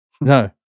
No